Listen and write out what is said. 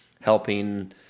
helping